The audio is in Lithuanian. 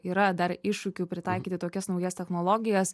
yra dar iššūkių pritaikyti tokias naujas technologijas